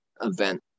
event